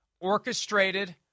orchestrated